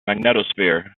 magnetosphere